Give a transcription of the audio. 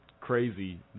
crazy